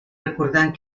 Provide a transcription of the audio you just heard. recordant